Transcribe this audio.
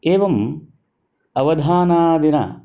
एवम् अवधानादिनाम्